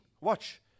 watch